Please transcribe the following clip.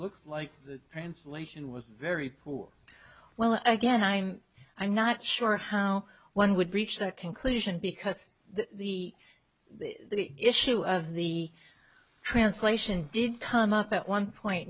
looks like the translation was very poor well again i'm i'm not sure how one would reach that conclusion because the issue of the translation did come up at one point